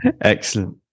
Excellent